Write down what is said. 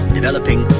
developing